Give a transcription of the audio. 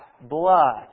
blood